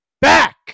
back